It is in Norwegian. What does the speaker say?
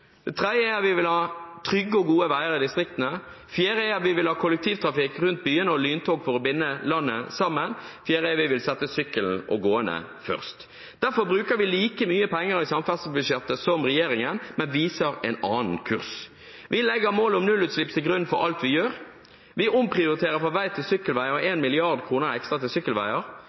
Det tredje er at vi vil ha trygge og gode veier i distriktene. Det fjerde er at vi vil ha kollektivtrafikk rundt byene og lyntog for å binde landet sammen. Det femte er at vi vil sette syklende og gående først. Derfor bruker vi like mye penger i samferdselsbudsjettet som regjeringen, men viser en annen kurs. Vi legger målet om nullutslipp til grunn for alt vi gjør. Vi omprioriterer fra vei til